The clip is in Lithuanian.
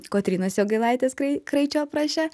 kotrynos jogailaitės krai kraičio apraše